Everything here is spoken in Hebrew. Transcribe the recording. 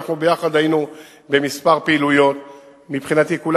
אנחנו היינו ביחד בכמה פעילויות.